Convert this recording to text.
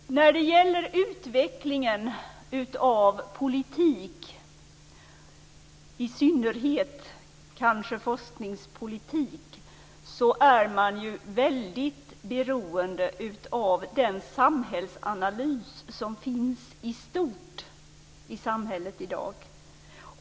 Herr talman! När det gäller utvecklingen av politik, i synnerhet kanske forskningspolitik, är man ju väldigt beroende av den samhällsanalys som finns i samhället i stort i dag.